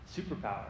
superpower